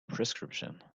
prescription